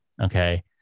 Okay